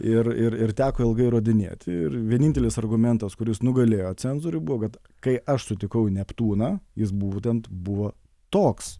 ir ir ir teko ilgai įrodinėti ir vienintelis argumentas kuris nugalėjo cenzorių buvo kad kai aš sutikau neptūną jis būtent buvo toks